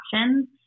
options